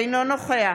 אינו נוכח